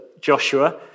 Joshua